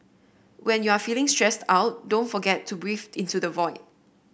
when you are feeling stressed out don't forget to breathe into the void